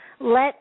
let